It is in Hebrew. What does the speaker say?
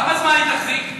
כמה זמן היא תחזיק?